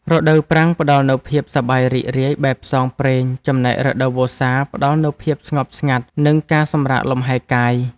រដូវប្រាំងផ្តល់នូវភាពសប្បាយរីករាយបែបផ្សងព្រេងចំណែករដូវវស្សាផ្តល់នូវភាពស្ងប់ស្ងាត់ និងការសម្រាកលំហែកាយ។